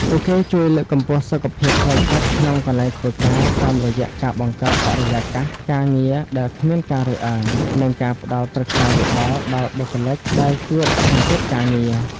ពួកគេជួយលើកកម្ពស់សុខភាពផ្លូវចិត្តក្នុងកន្លែងធ្វើការ តាមរយៈការបង្កើតបរិយាកាសការងារដែលគ្មានការរើសអើង និងការផ្ដល់ប្រឹក្សាយោបល់ដល់បុគ្គលិកដែលជួបសម្ពាធការងារ។